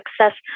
success